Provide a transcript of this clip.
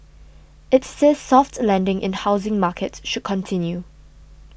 it says soft landing in housing market should continue